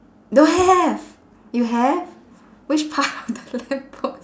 don't have you have which part of the lamp post